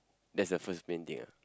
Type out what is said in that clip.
that's the first main thing ah